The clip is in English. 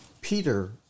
Peter